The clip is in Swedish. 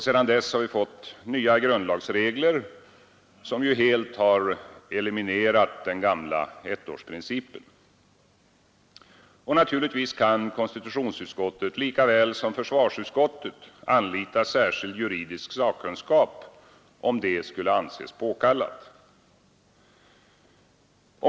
Sedan dess har vi fått nya grundlagsregler, som helt eliminerat den gamla ettårsprincipen. Givetvis kan konstitutionsutskottet likaväl som försvarsutskottet anlita särskild juridisk sakkunskap, om det anses påkallat.